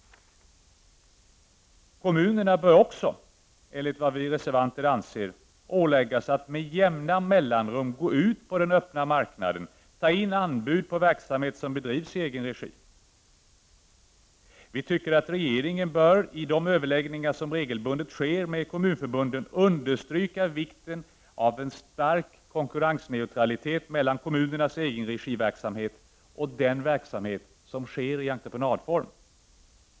Kommunerna bör också, enligt vad vi reservanter anser, åläggas att med jämna mellanrum gå ut på den öppna marknaden och ta in anbud på verksamhet som bedrivs i egen regi. Vi reservanter tycker att regeringen bör i de överläggningar som regelbundet sker med kommunförbunden understryka vikten av en stark konkurrensneutralitet mellan kommunernas egenregiverksamhet och den verksamhet som sker i entreprenadform.